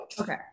okay